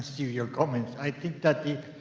your comments. i think, that the,